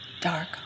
dark